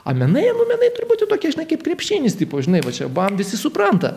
a menai nu menai turbūt tu tokie žinai kaip krepšinis tipo žinai va čia bam visi supranta